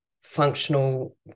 functional